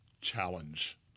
challenge